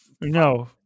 No